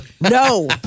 No